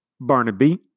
Barnaby